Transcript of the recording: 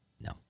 No